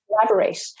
collaborate